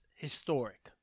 Historic